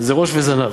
זה ראש וזנב.